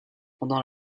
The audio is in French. pendant